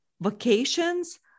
vacations